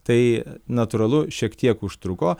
tai natūralu šiek tiek užtruko